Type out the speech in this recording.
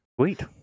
Sweet